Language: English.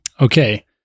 okay